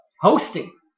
Hosting